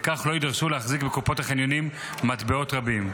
וכך לא יידרשו להחזיק בקופות החניונים מטבעות רבים.